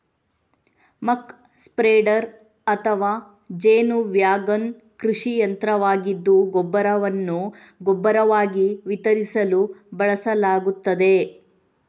ಮಕ್ spreader ಅಥವಾ ಜೇನು wagon ಕೃಷಿ ಯಂತ್ರವಾಗಿದ್ದು ಗೊಬ್ಬರವನ್ನು ಗೊಬ್ಬರವಾಗಿ ವಿತರಿಸಲು ಬಳಸಲಾಗುತ್ತದೆ